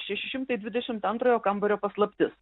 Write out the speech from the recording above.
šeši šimtai dvidešimt antrojo kambario paslaptis